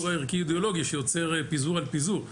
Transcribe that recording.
הערכי-אידיאולוגי שיוצר פיזור על פיזור.